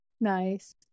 Nice